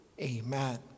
Amen